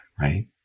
right